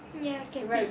ya I get it